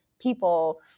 People